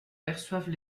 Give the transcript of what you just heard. perçoivent